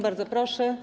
Bardzo proszę.